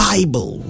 Bible